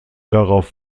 darauf